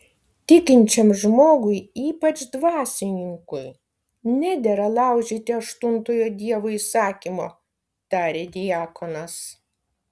tikinčiam žmogui ypač dvasininkui nedera laužyti aštuntojo dievo įsakymo tarė diakonas